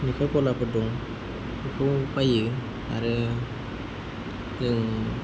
लेखा गलाफोर दं बेफ्रावबो बायो आरो जों